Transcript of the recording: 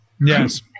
Yes